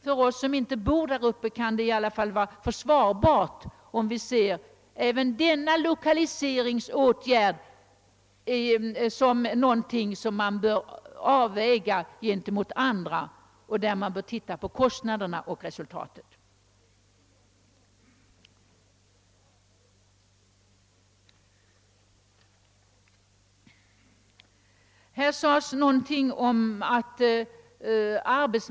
För oss som inte bor där uppe kan det i varje fall vara försvar bart att se även denna lokaliseringsåtgärd som någonting som bör vägas mot andära med hänsyn till kostnad och resultat.